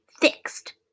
FIXED